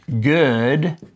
good